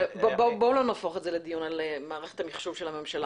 בואו לא נהפוך את זה לדיון על מערכת המחשוב של הממשלה,